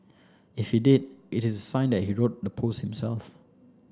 if he did it is a sign that he wrote the post himself